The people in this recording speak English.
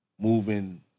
moving